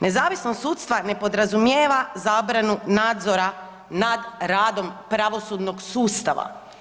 Nezavisnost sudstva ne podrazumijeva zabranu nadzora nad radom pravosudnog sustava.